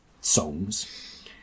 songs